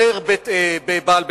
אומר בעל בית-עסק,